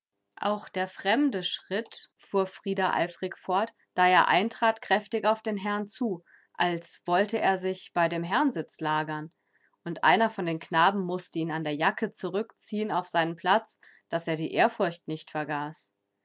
auch der fremde schritt fuhr frida eifrig fort da er eintrat kräftig auf den herrn zu als wollte er sich bei dem herrensitz lagern und einer von den knaben mußte ihn an der jacke zurückziehen auf seinen platz daß er die ehrfurcht nicht vergaß